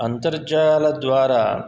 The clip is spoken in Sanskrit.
अन्तर्जालद्वारा